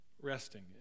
Resting